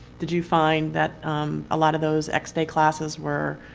did you find that a lot of those x day classes were